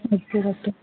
okay doctor